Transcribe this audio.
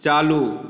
चालू